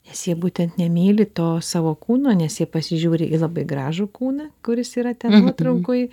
nes jie būtent nemyli to savo kūno nes jie pasižiūri į labai gražų kūną kuris yra ten nuotraukoj